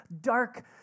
dark